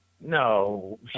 No